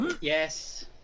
yes